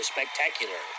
spectacular